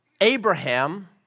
Abraham